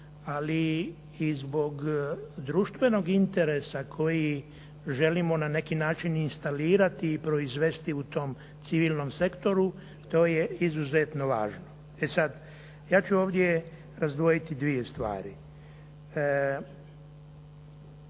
ali i zbog društvenog interesa koji želimo na neki način instalirati i proizvesti u tom civilnom sektoru, to je izuzetno važno. E sad, ja ću ovdje razdvojiti dvije stvari.